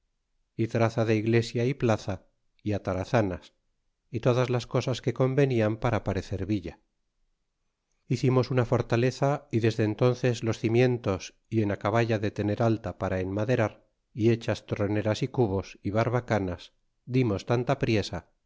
y traza de iglesia y plaza y atarazanas y todas las cosas que convenian para parecer villa é hicimos una fortaleza y desde entónces los cimientos y en acaballa de tener alta para enmaderar y hechas troneras y cubos y barbacanas dimos tanta priesa